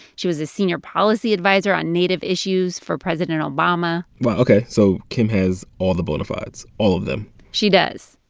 she was a senior policy adviser on native issues for president obama wow. ok. so kim has all the bona fides all of them she does.